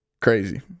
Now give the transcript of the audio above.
Crazy